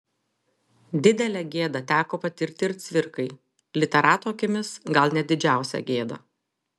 didelę gėdą teko patirti ir cvirkai literato akimis gal net didžiausią gėdą